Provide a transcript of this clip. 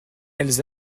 elles